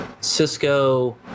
cisco